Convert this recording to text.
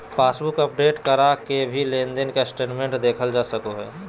passbook update करा के भी लेनदेन के स्टेटमेंट देखल जा सकय हय